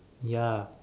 ya